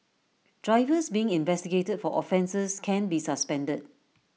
drivers being investigated for offences can be suspended